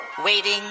waiting